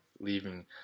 leaving